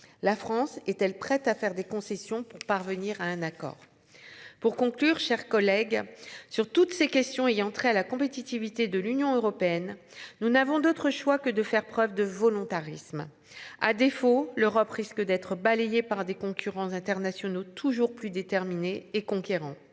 La France est-elle prête à faire des concessions pour parvenir à un accord. Pour conclure, chers collègues, sur toutes ces questions ayant trait à la compétitivité de l'Union européenne, nous n'avons d'autre choix que de faire preuve de volontarisme. À défaut, l'Europe risque d'être balayée par des concurrents internationaux toujours plus déterminé et conquérant.